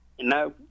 No